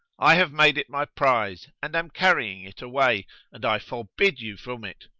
i have made it my prize and am carrying it away and i forbid you from it,